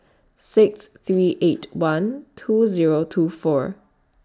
six three eight one two Zero two four